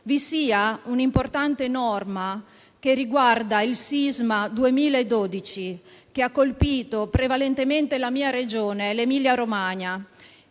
vi sia un'importante norma che riguarda il sisma 2012, che ha colpito prevalentemente la mia Regione, l'Emilia-Romagna,